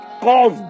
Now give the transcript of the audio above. Cause